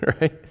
Right